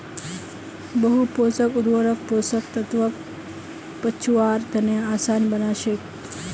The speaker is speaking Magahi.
बहु पोषक उर्वरक पोषक तत्वक पचव्वार तने आसान बना छेक